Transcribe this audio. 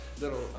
little